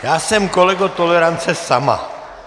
Já jsem, kolego, tolerance sama.